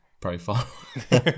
profile